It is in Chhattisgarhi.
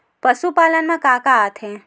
पशुपालन मा का का आथे?